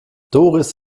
doris